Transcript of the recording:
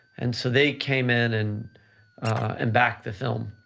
and so they came in and and backed the film,